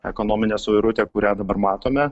ekonominę suirutę kurią dabar matome